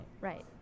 Right